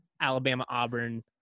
Alabama-Auburn